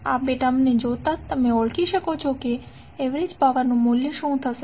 આ બે ટર્મને જોતાં તમે ઓળખી શકો છો કે એવરેજ પાવર નું મૂલ્ય શું થશે